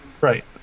Right